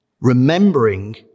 remembering